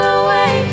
away